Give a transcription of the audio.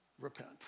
repent